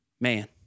man